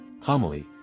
homily